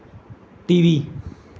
T V